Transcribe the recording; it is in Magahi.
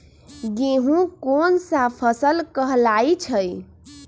गेहूँ कोन सा फसल कहलाई छई?